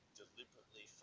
deliberately